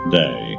day